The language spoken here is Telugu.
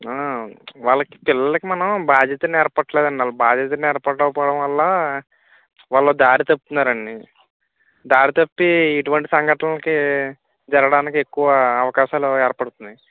వాళ్ళకి పిల్లలకి మనం బాధ్యత నేర్పడం లేదు అండి బాధ్యత నేర్పకపోవడం వల్ల వాళ్ళు దారి తప్పుతున్నారు అండి దారి తప్పి ఇటువంటి సంఘటనలకి జరగడానికి ఎక్కువ అవకాశాలు ఏర్పడుతున్నాయి